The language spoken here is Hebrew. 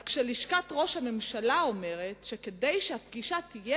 אז כשלשכת ראש הממשלה אומרת שכדי שהפגישה תהיה